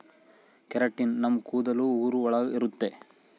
keratin ನಮ್ ಕೂದಲು ಉಗುರು ಒಳಗ ಇರುತ್ತೆ